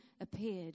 appeared